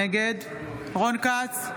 נגד רון כץ,